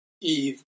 Eve